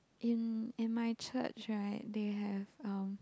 in in my church right they have um